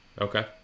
Okay